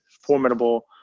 formidable